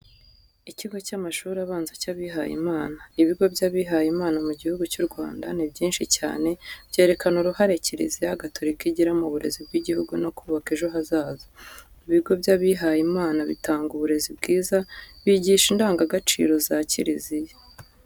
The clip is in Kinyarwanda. Ikigo cy'amashuri abanza cy'abihaye Imana. Ibigo by'abihaye Imana mu Gihugu cy'u Rwanda ni byinshi cyane byerekana uruhare kiliziya gatorika igira mu burezi bw'igihugu no kubaka ejo hazaza. Ibigo by'abihaye imana bitanga uburezi bwiza bigisha indangagaciro za kiliziya.